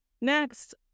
Next